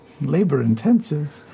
labor-intensive